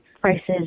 prices